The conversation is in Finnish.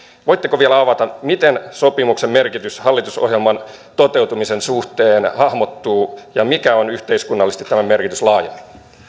voitteko vielä avata miten sopimuksen merkitys hallitusohjelman toteutumisen suhteen hahmottuu ja mikä on yhteiskunnallisesti tämän merkitys laajemmin